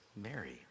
Mary